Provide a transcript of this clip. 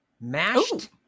mashed